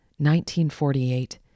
1948